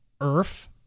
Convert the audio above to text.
Earth